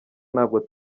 ntabwo